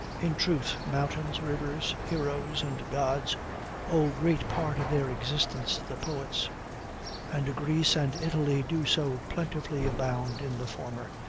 in truth, mountains, rivers, heroes, and gods owe great part of their existence to the poets and greece and italy do so plentifully abound in the former,